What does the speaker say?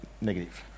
negative